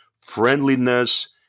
friendliness